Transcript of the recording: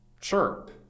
sure